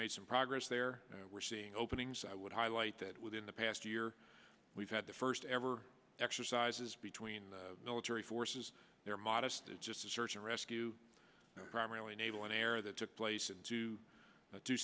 made some progress there we're seeing openings i would highlight that within the past year we've had the first ever exercises between the military forces there modest just a search and rescue primarily naval air that took place